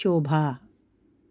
शोभा